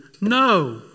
no